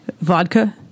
vodka